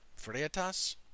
Freitas